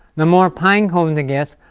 the more pine cones it gets,